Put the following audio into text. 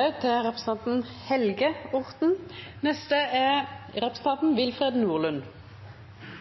et budsjettforlik som går enda litt lenger for